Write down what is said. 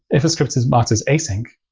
if a scripts is marked as async,